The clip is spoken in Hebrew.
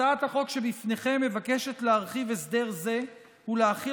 הצעת החוק שלפניכם מבקשת להרחיב הסדר זה ולהחיל